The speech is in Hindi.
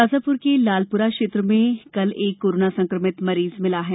शाजापुर के लालपुरा क्षेत्र में कल एक कोरोना संक्रमित मरीज मिला है